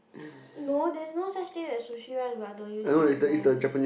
no there's no such thing as sushi rice but don't use sushi rice